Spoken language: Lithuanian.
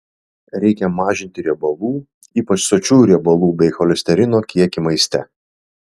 reikia mažinti riebalų ypač sočiųjų riebalų bei cholesterino kiekį maiste